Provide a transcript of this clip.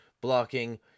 Blocking